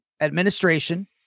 administration